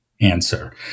answer